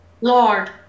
Lord